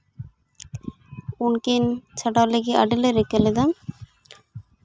ᱩᱱᱠᱤᱱ ᱪᱷᱟᱰᱟᱣ ᱞᱟᱹᱜᱤᱫ ᱟᱹᱰᱤ ᱞᱮ ᱨᱤᱠᱟᱹ ᱞᱮᱫᱟ